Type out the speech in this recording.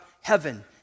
heaven